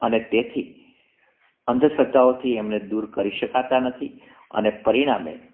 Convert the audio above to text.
અને તેથી અંધશ્રદ્ધાઓથી એમને દૂર કરી શકતા નથી અને પરિણામે